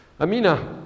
Amina